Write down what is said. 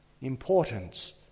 Importance